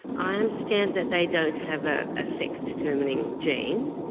i understand that they don't have a ah sex determining gene,